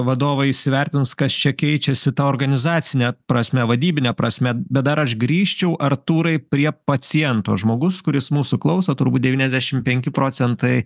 vadovai įsivertins kas čia keičiasi ta organizacine prasme vadybine prasme bet dar aš grįžčiau artūrai prie paciento žmogus kuris mūsų klauso turbūt devyniasdešimt penki procentai